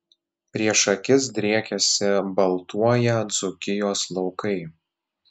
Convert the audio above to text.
prieš akis driekėsi baltuoją dzūkijos laukai